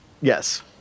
Yes